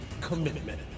commitment